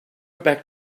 back